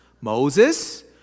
Moses